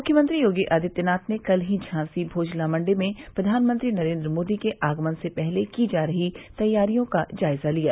मुख्यमंत्री योगी आदित्यनाथ ने कल ही झांसी भोजला मंडी में प्रधानमंत्री नरेन्द्र मोदी के आगमन से पहले की जा रही तैयारियों का जायजा लिया